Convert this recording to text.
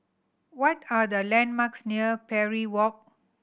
what are the landmarks near Parry Walk